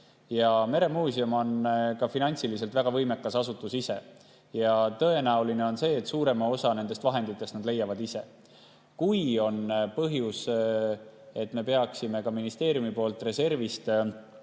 Meremuuseum on finantsiliselt väga võimekas asutus ja tõenäoline on see, et suurema osa nendest vahenditest nad leiavad ise. Kui me peaksime ka ministeeriumi poolt reservist